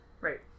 Right